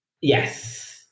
yes